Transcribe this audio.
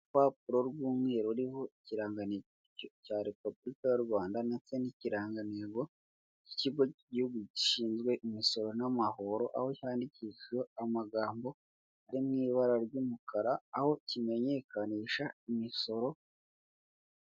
Urupapuro rw'umweru ruriho ikirangantego cya Repubulika y'u Rwanda ndetse n'ikirangantego cy'ikigo k'igihugu gishinzwe imisoro n'amahoro, aho cyandikisha amagambo ari mu ibara ry'umukara, aho kimenyekanisha imisoro.